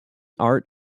art